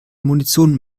munition